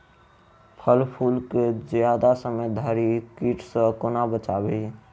फल फुल केँ जियादा समय धरि कीट सऽ कोना बचाबी?